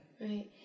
Right